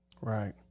Right